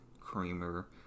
creamer